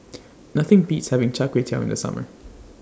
Nothing Beats having Char Kway Teow in The Summer